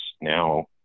now